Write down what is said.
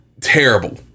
terrible